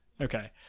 Okay